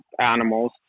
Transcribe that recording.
animals